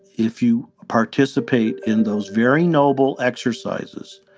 if you participate in those very noble exercises,